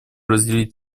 разделить